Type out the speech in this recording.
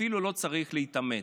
אפילו לא צריך להתאמץ.